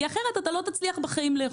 כי אחרת אתה לא תצליח בחיים לאכוף את זה.